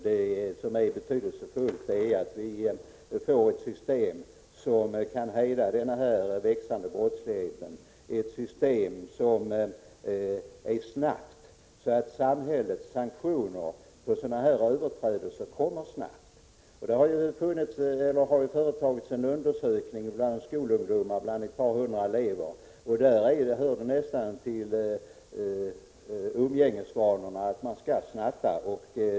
Det som är betydelsefullt är att vi får ett system som kan hejda den växande brottsligheten, ett system som fungerar snabbt, så att samhällets sanktioner mot sådana här överträdelser kommer snabbt. Det har företagits en undersökning bland skolungdomar. Ett par hundra elever deltog. Av den framgick att det nästan hör till umgängesvanorna att snatta.